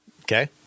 Okay